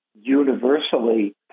universally